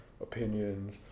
opinions